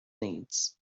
needs